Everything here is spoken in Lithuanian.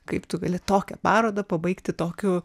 kaip tu gali tokią parodą pabaigti tokiu